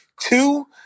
Two